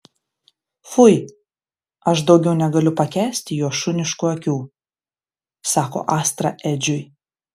fui aš daugiau negaliu pakęsti jo šuniškų akių sako astra edžiui